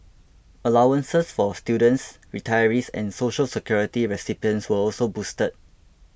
allowances for students retirees and Social Security recipients were also boosted